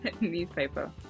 Newspaper